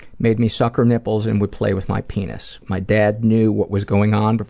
made me suck her nipples, and would play with my penis. my dad knew what was going on, but